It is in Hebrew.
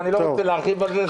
אני מבין שזה בהסכמה.